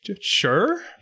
Sure